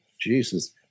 Jesus